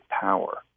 power